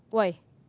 why